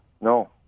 no